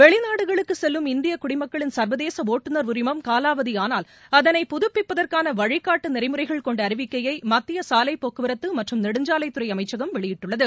வெளிநாடுகளுக்குச் செல்லும் இந்திய குடிமக்களின் சர்வதேச ஒட்டுநர் உரிமம் காலாவதியானால் அதனை புதுப்பிப்பதற்கான வழிகாட்டு நெறிமுறைகள் கொண்ட அறிவிக்கையை மத்திய சாலை போக்குவர்தது மற்றும் நெடுஞ்சாலைத்துறை அமைச்சகம் வெளியிட்டுள்ளது